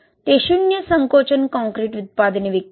ते शून्य संकोचन कंक्रीट उत्पादने विकतात